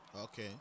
Okay